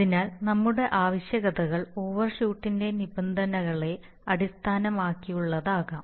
അതിനാൽ നമ്മളുടെ ആവശ്യകതകൾ ഓവർഷൂട്ടിന്റെ നിബന്ധനകളെ അടിസ്ഥാനമാക്കിയുള്ളതാകാം